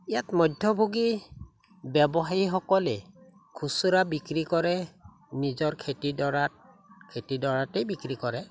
ইয়াত মধ্যভোগী ব্যৱসায়ীসকলে খুচুৰা বিক্ৰী কৰে নিজৰ খেতিডৰাত খেতিডৰাতেই বিক্ৰী কৰে